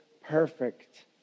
perfect